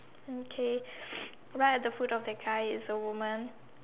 okay right at the foot of the guy is a woman